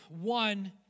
one